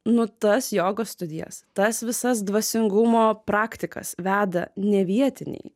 nu tas jogos studijas tas visas dvasingumo praktikas veda ne vietiniai